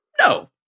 No